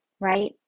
right